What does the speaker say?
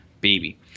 baby